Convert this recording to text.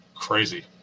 crazy